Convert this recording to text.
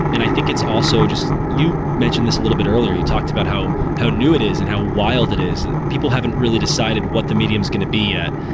and i think it's also just you mentioned this a little bit earlier. you talked about how how new it is and how wild it is. people haven't really decided what the medium is going to be yet.